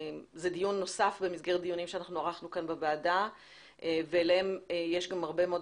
זה דיון נוסף במסגרת דיונים שערכנו כאן בוועדה ולהם התווספו הרבה מאוד